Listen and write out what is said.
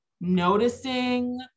noticing